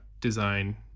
design